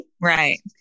Right